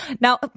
Now